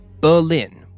Berlin